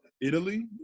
italy